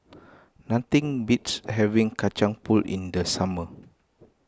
nothing beats having Kacang Pool in the summer